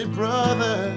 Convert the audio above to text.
brother